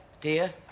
Dear